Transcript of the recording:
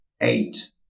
eight